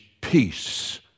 peace